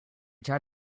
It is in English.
tried